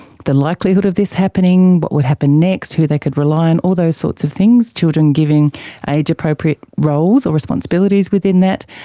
the likelihood of this happening, what would happen next, who they could rely on, all those sorts of things, children given age appropriate roles or responsibilities within that.